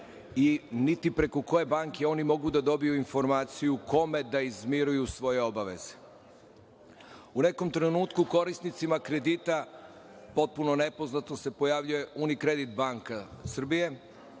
niti preko koje banke oni mogu da dobiju informaciju kome da izmiruju svoje obaveze.U nekom trenutku korisnicima kredita potpuno nepoznato se pojavljuje Unikredit banka Srbije